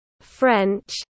French